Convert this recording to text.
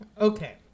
okay